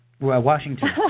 Washington